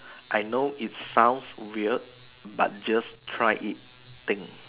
I know it sounds weird but just try it thing